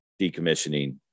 decommissioning